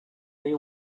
they